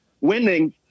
winning